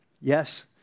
Yes